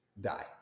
die